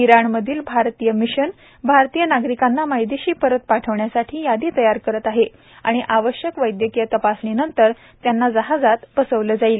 इराणमधील भारतीय मिशन भारतीय नागरिकांना मायदेशी परत पाठवण्यासाठी यादी तयार करीत आहे आणि आवश्यक वैद्यकीय तपासणीनंतर त्यांना जहाजात बसवले जाईल